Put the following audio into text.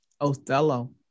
Othello